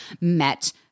met